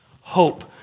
hope